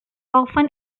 often